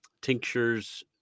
tinctures